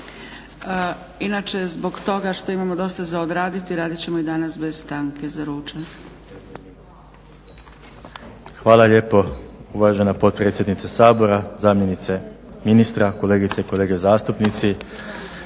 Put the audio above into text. Inače zbog toga što imamo dosta za odraditi radit ćemo i danas bez stanke za ručak. **Salapić, Josip (HDSSB)** Hvala lijepo uvažena potpredsjednice Sabora, zamjenice ministra, kolegice i kolege zastupnici.